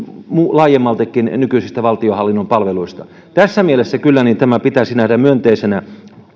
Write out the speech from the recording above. laajemmaltikin nykyisistä valtionhallinnon palveluista tässä mielessä kyllä tämä pitäisi nähdä myönteisenä